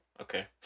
Okay